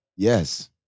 Yes